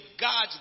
God's